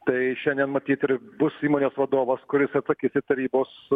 tai šiandien matyt ir bus įmonės vadovas kuris atsakys į tarybos